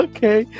Okay